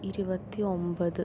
ഇരുപത്തി ഒമ്പത്